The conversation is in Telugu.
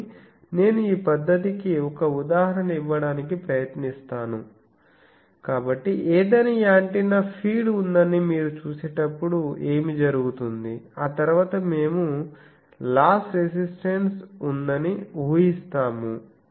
కానీ నేను ఈ పద్ధతికి ఒక ఉదాహరణ ఇవ్వడానికి ప్రయత్నిస్తాను కాబట్టి ఏదైనా యాంటెన్నా ఫీడ్ ఉందని మీరు చూసేటప్పుడు ఏమి జరుగుతుంది ఆ తరువాత మేము లాస్ రెసిస్టన్స్ ఉందని ఊహిస్తున్నాము